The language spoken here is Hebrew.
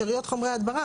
שאריות חומרי הדברה,